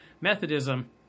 Methodism